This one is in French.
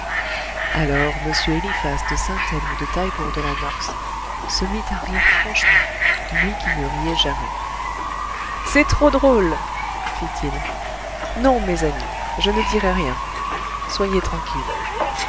alors m eliphas de saint-elme de taillebourg de la nox se mit à rire franchement lui qui ne riait jamais c'est trop drôle fit-il non mes amis je ne dirai rien soyez tranquilles